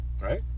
right